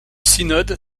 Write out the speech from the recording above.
synode